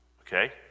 Okay